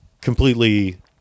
completely